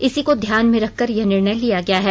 इसी को ध्यान में रखकर यह निर्णय लिया गया है